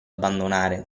abbandonare